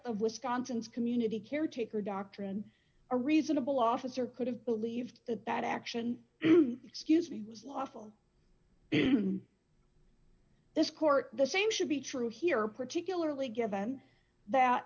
of wisconsin's community caretaker doctrine a reasonable officer could have believed that that action excuse me was lawful this court the same should be true here particularly given that